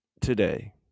today